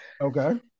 okay